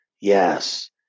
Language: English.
yes